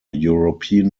european